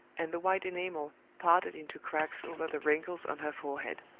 and the white enamel parted into cracks over the wrinkles on her forehead.